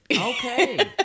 Okay